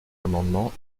amendement